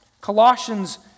Colossians